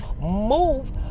move